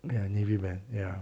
ya navy band ya